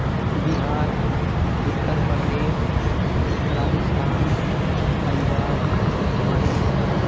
Bihar Uttar Pradesh Rajasthan Punjab Himachal